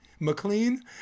McLean